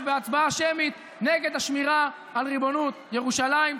בהצבעה שמית נגד השמירה על ריבונות ירושלים.